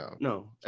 no